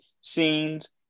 scenes